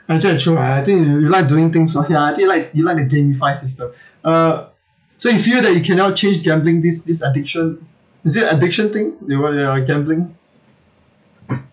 actually ah I think you you like doing things for ya I think you like you like the gamify system uh so you feel that you cannot change gambling this this addiction is it addiction thing your [one] your gambling